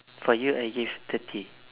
for you I give thirty